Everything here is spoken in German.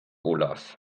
olaf